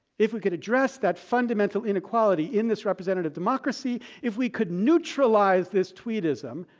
if we could address that fundamental inequality in this representative democracy if we could neutralize this tweedism,